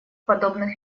подобных